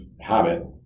habit